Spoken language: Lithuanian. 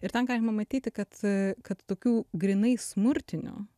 ir ten galima matyti kad kad tokių grynai smurtinių